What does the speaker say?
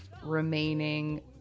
remaining